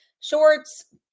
shorts